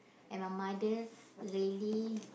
and my mother really